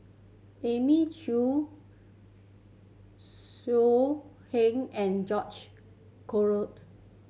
Elim Chew So Heng and George Collyered